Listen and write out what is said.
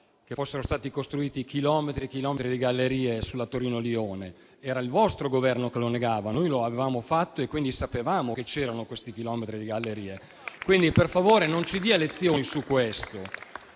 che fossero stati costruiti chilometri e chilometri di gallerie sulla Torino-Lione. Era il vostro Governo che lo negava: noi lo avevamo fatto e quindi sapevamo che c'erano quei chilometri di gallerie. Quindi, per favore, non ci dia lezioni su questo.